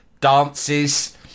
dances